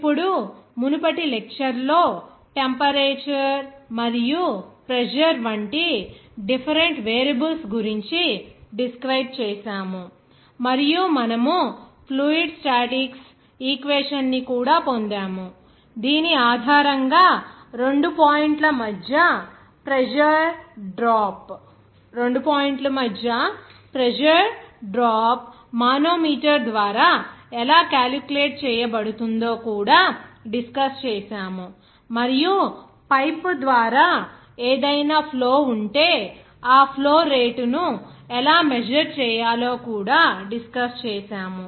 ఇప్పుడు మునుపటి లెక్చర్ లో టెంపరేచర్ మరియు ప్రెజర్ వంటి డిఫెరెంట్ వేరియబుల్స్ గురించి డిస్క్రైబ్ చేసాము మరియు మనము ఫ్లూయిడ్ స్టాటిక్స్ ఈక్వేషన్ ని కూడా పొందాము దీని ఆధారంగా 2 పాయింట్ల మధ్య ప్రెజర్ డ్రాప్ మానోమీటర్ ద్వారా ఎలా క్యాలిక్యులేట్ చేయబడుతుందో కూడా డిస్కస్ చేసాము మరియు పైపు ద్వారా ఏదైనా ఫ్లో ఉంటే ఆ ఫ్లో రేటును ఎలా మెజర్ చేయాలో కూడా డిస్కస్ చేసాము